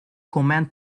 command